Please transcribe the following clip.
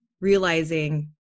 realizing